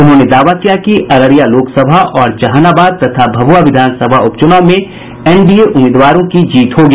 उन्होंने दावा किया कि अररिया लोकसभा और जहानाबाद तथा भभुआ विधानसभा उपचुनाव में एनडीए उम्मीदवारों की जीत होगी